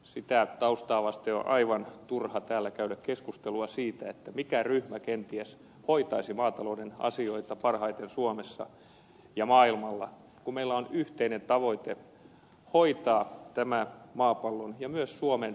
sitä taustaa vasten on aivan turha täällä käydä keskustelua siitä mikä ryhmä kenties hoitaisi maatalouden asioita parhaiten suomessa ja maailmalla kun meillä on yhteinen tavoite hoitaa tämän maapallon ja myös suomen elintarvikeomavaraisuus